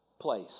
place